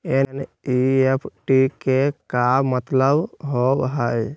NEFT के का मतलव होव हई?